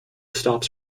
stops